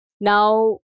Now